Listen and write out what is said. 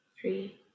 three